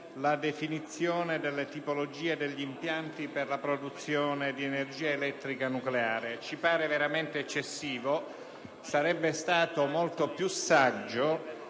la definizione delle tipologie degli impianti per la produzione di energia elettrica nucleare: ci pare veramente eccessivo. Sarebbe stato molto più saggio